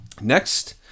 Next